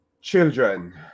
children